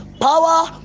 power